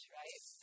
right